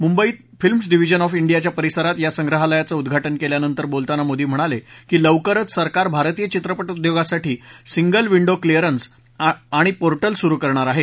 मुंबईत films division of इंडियाच्या परिसरात या संग्रहालयाचं उद्घाटन केल्यानंतर बोलताना मोदी म्हणाले की लवकरच सरकार भारतीय चित्रपट उद्घोगासाठी सिंगल विंडो क्लेअरन्स आणि पोर्टल सुरु करणार आहे